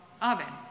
oven